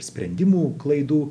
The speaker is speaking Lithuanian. sprendimų klaidų